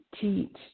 teach